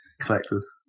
collectors